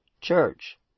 Church